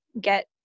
get